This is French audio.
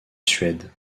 suède